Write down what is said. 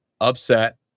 upset